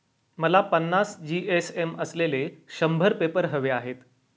मला पन्नास जी.एस.एम असलेले शंभर पेपर हवे आहेत